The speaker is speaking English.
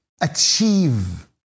Achieve